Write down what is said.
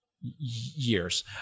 Years